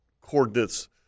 coordinates